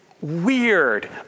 weird